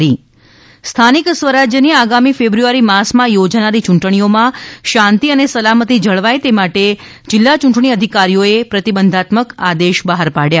ે સ્થાનિક સ્વરાજ્યની આગામી ફેબ્રુઆરી માસમાં થોજાનારી ચૂંટણીઓમાં શાંતી અને સલામતી જળવાય તે માટે જિલ્લા ચૂંટણી અધિકારીઓએ પ્રતિબંધાત્મ આદેશ બહાર પાડયા